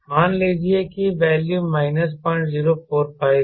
मान लीजिए कि वैल्यू माइनस 0045 है